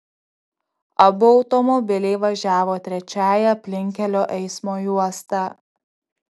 abu automobiliai važiavo trečiąja aplinkkelio eismo juosta